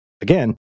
Again